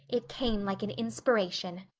it came like an inspiration.